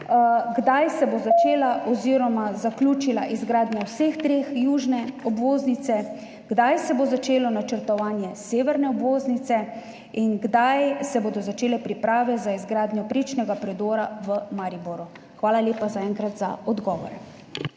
Kdaj se bo začela oziroma zaključila izgradnja vseh treh odsekov južne obvoznice? Kdaj se bo začelo načrtovanje severne obvoznice? Kdaj se bodo začele priprave za izgradnjo prečnega predora v Mariboru? Hvala lepa, zaenkrat, za odgovore.